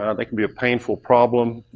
um they can be a painful problem.